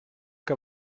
que